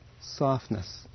softness